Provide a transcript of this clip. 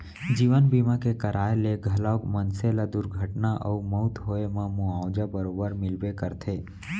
जीवन बीमा के कराय ले घलौक मनसे ल दुरघटना अउ मउत होए म मुवाजा बरोबर मिलबे करथे